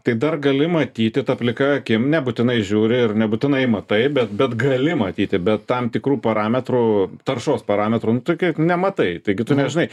tai dar gali matyti tą plika akim nebūtinai žiūri ir nebūtinai matai bet bet gali matyti bet tam tikrų parametrų taršos parametrų tu kaip nematai taigi tu nežinai